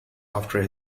after